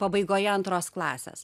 pabaigoje antros klasės